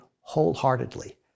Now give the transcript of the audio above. wholeheartedly